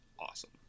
awesome